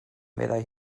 meddai